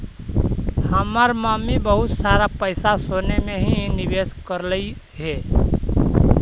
हमर मम्मी बहुत सारा पैसा सोने में ही निवेश करलई हे